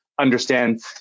understand